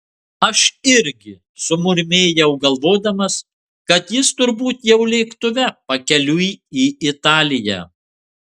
aš irgi sumurmėjau galvodamas kad jis turbūt jau lėktuve pakeliui į italiją